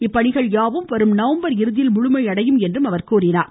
இப்பணிகள் யாவும் வரும் நவம்பர் இறுதியில் முழுமையடையும் என்றும் கூறினார்